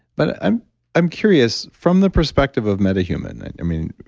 but i'm i'm curious from the perspective of metahuman. i mean,